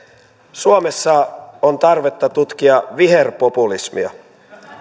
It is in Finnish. suomessa on tarvetta tutkia viherpopulismia